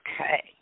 Okay